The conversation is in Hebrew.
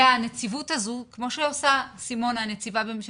והנציבות הזו כמו שעושה סימונה, הנציבה של